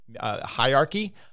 hierarchy